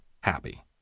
happy